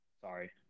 Sorry